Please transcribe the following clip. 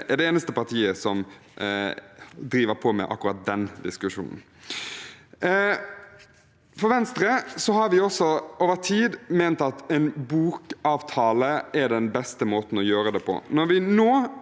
som eneste parti driver på med akkurat den diskusjonen. Venstre har over tid ment at en bokavtale er den beste måten å gjøre det på.